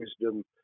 wisdom